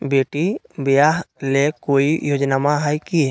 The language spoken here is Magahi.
बेटी ब्याह ले कोई योजनमा हय की?